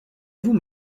vous